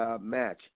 match